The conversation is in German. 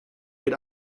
geht